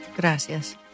Gracias